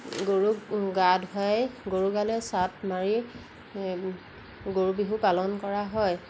গৰুক গা ধুৱাই গৰুৰ গালৈ চাট মাৰি গৰু বিহু পালন কৰা হয়